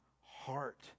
heart